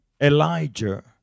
Elijah